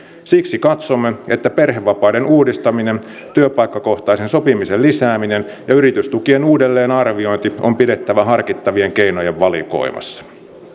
siksi katsomme että perhevapaiden uudistaminen työpaikkakohtaisen sopimisen lisääminen ja yritystukien uudelleenarviointi on pidettävä harkittavien keinojen valikoimassa